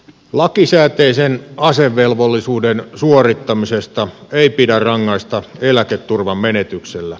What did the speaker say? lakisääteisen asevelvollisuuden suorittamisesta ei pidä rangaista eläketurvan menetyksellä